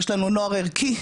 יש לנו נוער ערכי,